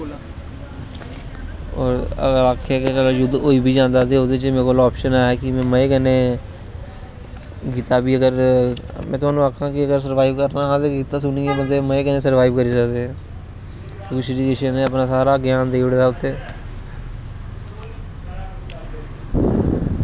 अगर आक्खेआ कि युध्द होई बी जंदा ते ओह्दे बिच्च मेरे कोल ऑपशन हा कि में मज़े कन्नै गीता बी अगर में तुहानू आक्खां कि सर्वाईव करना हा ते बंदे मज़े कन्नैं सर्वाईव करी सकदे हे क्योंकि भविष्ण नै सारा ज्ञान देई ओड़े दा उत्थें